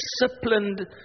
Disciplined